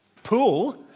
Pool